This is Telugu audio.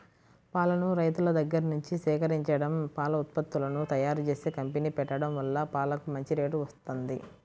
పాలను రైతుల దగ్గర్నుంచి సేకరించడం, పాల ఉత్పత్తులను తయ్యారుజేసే కంపెనీ పెట్టడం వల్ల పాలకు మంచి రేటు వత్తంది